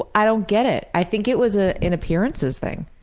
i don't get it. i think it was ah an appearances thing.